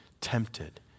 tempted